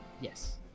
Yes